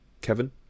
Kevin